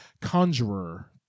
Conjurer